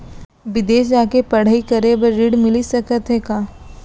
बिदेस जाके पढ़ई करे बर ऋण मिलिस सकत हे का?